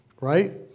right